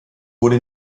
wurde